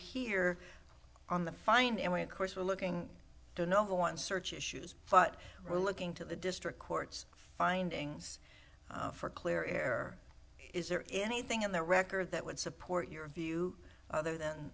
hear on the find and we of course we're looking to no one search issues but we're looking to the district court's findings for clear air is there anything in the record that would support your view other than